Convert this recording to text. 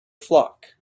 flock